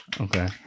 Okay